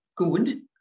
good